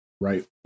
Right